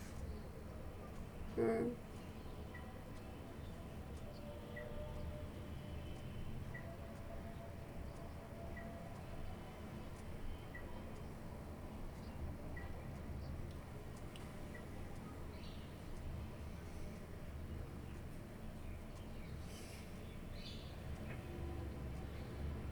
mm